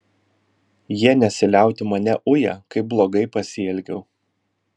jie nesiliautų mane uję kaip blogai pasielgiau